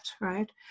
right